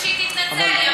שהיא תתנצל.